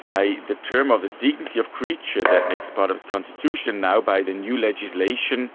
by the term of the dignity of creatures that makes part of the constitution now, by the new legislation,